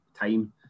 time